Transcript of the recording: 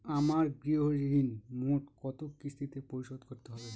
আমার গৃহঋণ মোট কত কিস্তিতে পরিশোধ করতে হবে?